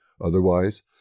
Otherwise